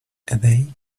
they